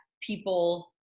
people